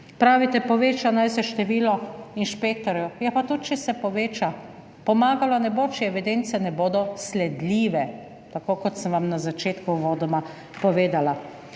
Pravite, poveča naj se število inšpektorjev. Ja, pa tudi če se poveča, pomagalo ne bo, če evidence ne bodo sledljive, tako kot sem vam na začetku uvodoma povedala.